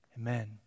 Amen